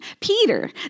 Peter